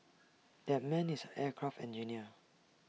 that man is an aircraft engineer